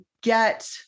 get